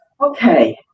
Okay